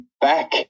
back